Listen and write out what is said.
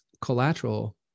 collateral